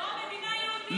זו מדינה יהודית,